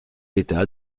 état